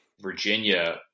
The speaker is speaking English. Virginia